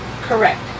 Correct